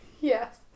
Yes